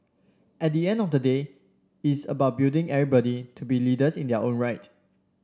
at the end of the day it's about building everybody to be leaders in their own right